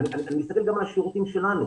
אני מסתכל גם על השירותים שלנו,